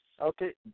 Okay